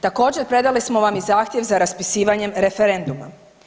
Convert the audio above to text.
Također predali smo vam i zahtjev za raspisivanjem referenduma.